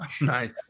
Nice